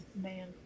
man